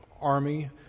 army